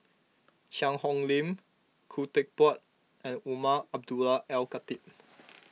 Cheang Hong Lim Khoo Teck Puat and Umar Abdullah Al Khatib